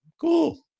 cool